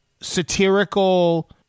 satirical